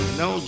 no